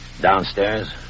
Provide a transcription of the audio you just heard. Downstairs